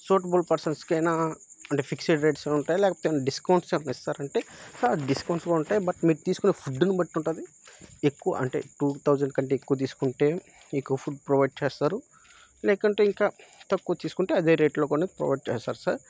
suitable పర్సన్స్కేనా అంటే fixed rates ఉంటాయి లేకపోతే ఏవన్నా డిస్కౌంస్స్ ఏమన్నా ఇస్తారంటే సార్ డిస్కౌంట్స్ కూడా ఉంటాయి బట్ మీరు తీసుకునే ఫుడ్డుని బట్టి ఉంటుంది ఎక్కువ అంటే టూ థౌజండ్ కంటే ఎక్కువ తీసుకుంటే ఎక్కువ ఫుడ్ ప్రొవైడ్ చేస్తారు లేకంటే ఇంకా తక్కువ తీసుకుంటే అదే రేట్లో కొనే ప్రొవైడ్ చేస్తారు సార్